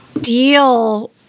deal